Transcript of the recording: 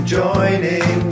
joining